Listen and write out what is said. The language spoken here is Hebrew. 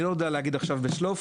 אני לא יודע להגיד עכשיו בשלוף,